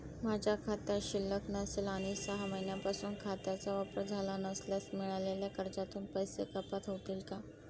माझ्या खात्यात शिल्लक नसेल आणि सहा महिन्यांपासून खात्याचा वापर झाला नसल्यास मिळालेल्या कर्जातून पैसे कपात होतील का?